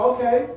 Okay